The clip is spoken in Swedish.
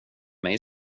mig